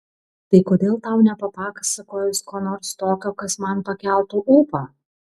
tai kodėl tau nepapasakojus ko nors tokio kas man pakeltų ūpą